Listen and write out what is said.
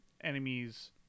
enemies